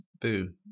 Boo